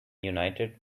united